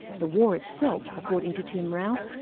the war itself, according to tim rowse,